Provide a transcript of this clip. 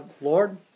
Lord